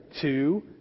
two